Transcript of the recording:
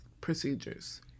procedures